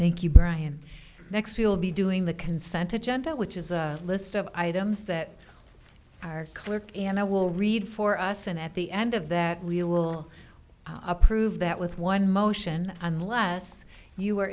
thank you brian next we'll be doing the consented gentle which is a list of items that our clerk and i will read for us and at the end of that leah will approve that with one motion unless you are